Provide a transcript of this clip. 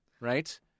Right